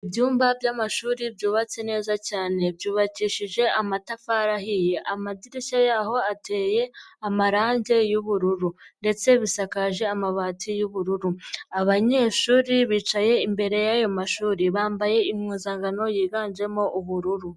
Ibyumba by'amashuri byubatse neza cyane, byubakishije amatafari ahiye, amadirishya y'aho ateye amarange y'ubururu ndetse bisakaje amabati y'ubururu, abanyeshuri bicaye imbere y'ayo mashuri bambaye impuzangano yiganjemo ubururu.